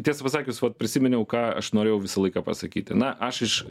tiesą pasakius vat prisiminiau ką aš norėjau visą laiką pasakyti na aš iš